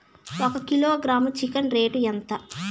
ఒక kilogram chicken rate ఎంత?